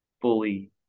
fully